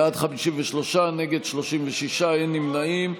בעד, 53, נגד, 36, אין נמנעים.